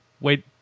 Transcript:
Wait